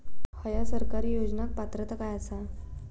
हया सरकारी योजनाक पात्रता काय आसा?